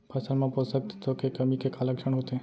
फसल मा पोसक तत्व के कमी के का लक्षण होथे?